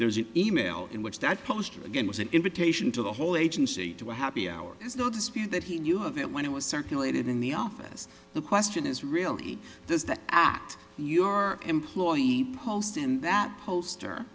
there is an e mail in which that post again was an invitation to the whole agency to a happy hour there's no dispute that he knew of it when it was circulated in the office the question is really does that act your employee post and that poster